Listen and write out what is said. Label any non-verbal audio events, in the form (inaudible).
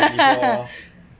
(laughs)